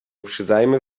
uprzedzajmy